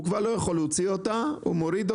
הוא חוזר למוחרת,